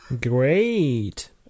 Great